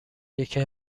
یکی